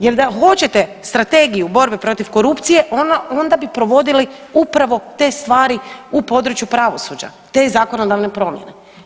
Jel da hoćete strategiju borbe protiv korupcije onda bi provodili upravo te stvari u području pravosuđa, te zakonodavne promjene.